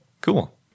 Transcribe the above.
Cool